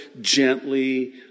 gently